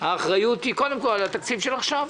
האחריות היא קודם כול על התקציב של עכשיו,